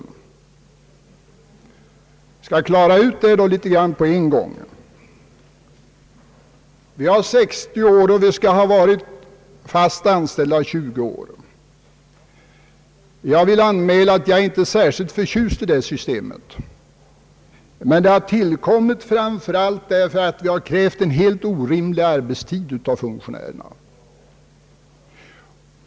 Jag skall klara ut det litet grand på en gång. De anställda erhåller pension vid 60 års ålder och skall ha varit fast anställda under 20 år för att erhålla denna pension. Jag vill anmäla att jag inte är särskilt förtjust i detta system, men det har tillkommit framför allt därför att det har krävts en orimlig arbetstid av funktionärerna.